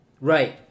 Right